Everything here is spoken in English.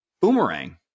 Boomerang